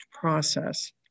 process